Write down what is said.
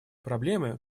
проблемы